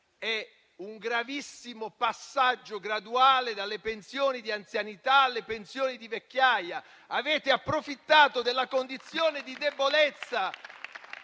È un gravissimo passaggio graduale dalle pensioni di anzianità a quelle di vecchiaia. Avete approfittato della condizione di debolezza